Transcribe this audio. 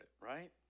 right